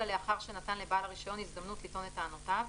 אלא לאחר שנתן לבעל הרישיון הזדמנות לטעון את טענותיו,